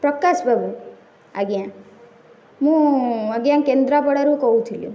ପ୍ରକାଶ ବାବୁ ଆଜ୍ଞା ମୁଁ ଆଜ୍ଞା କେନ୍ଦ୍ରାପଡ଼ାରୁ କହୁଥୁଲି